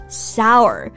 sour